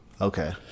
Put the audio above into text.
Okay